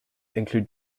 include